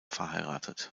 verheiratet